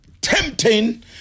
tempting